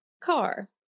car